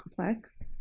complex